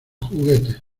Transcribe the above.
juguetes